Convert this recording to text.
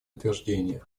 утверждение